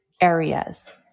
areas